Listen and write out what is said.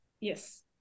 Yes